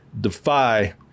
defy